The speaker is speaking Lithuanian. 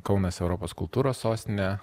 kaunas europos kultūros sostinė